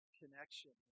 connection